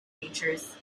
features